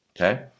okay